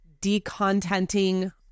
decontenting